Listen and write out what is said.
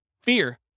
Fear